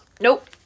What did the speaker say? Nope